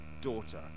daughter